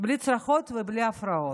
בלי צרחות ובלי הפרעות.